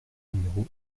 numéro